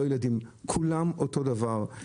לא לילדים כולם אותו דבר.